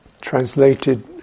translated